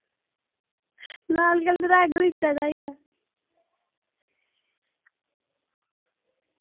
लाल colour दा गलीचा चाहिदा